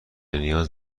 نیاز